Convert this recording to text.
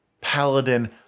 paladin